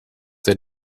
they